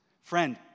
Friend